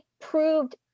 proved